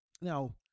Now